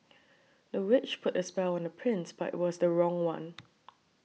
the witch put a spell on the prince but it was the wrong one